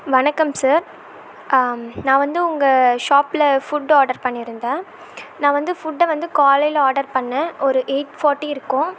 வணக்கம் சார் நான் வந்து உங்கள் ஷாப்பில் ஃபுட்டு ஆர்டர் பண்ணியிருந்தேன் நான் வந்து ஃபுட்டை வந்து காலையில் ஆர்டர் பண்ணிணேன் ஒரு எயிட் ஃபார்ட்டி இருக்கும்